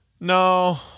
no